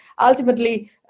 ultimately